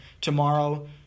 Tomorrow